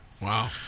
Wow